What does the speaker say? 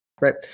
right